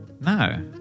No